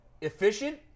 Efficient